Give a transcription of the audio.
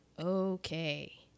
Okay